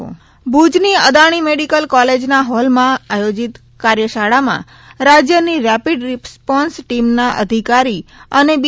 novel corona ભુજની Adani medical કોલેજના હોલમાં યોજિત કાર્યશાળામાં રાજ્યની રેપિડ રિસ્પોન્સ ટીમના અધિકારી અને બી